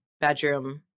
bedroom